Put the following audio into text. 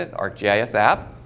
and ah rj yeah asap